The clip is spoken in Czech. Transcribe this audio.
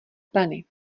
pleny